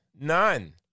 None